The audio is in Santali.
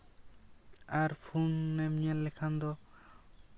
ᱟᱨ ᱯᱷᱩᱱᱮᱢ ᱧᱮᱞ ᱞᱮᱠᱷᱟᱱ ᱫᱚ